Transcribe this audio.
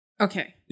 Okay